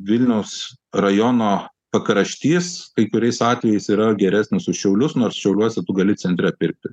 vilniaus rajono pakraštys kai kuriais atvejais yra geresnis už šiaulius nors šiauliuose tu gali centre pirkti